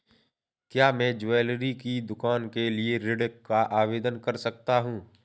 क्या मैं ज्वैलरी की दुकान के लिए ऋण का आवेदन कर सकता हूँ?